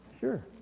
Sure